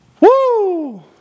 Woo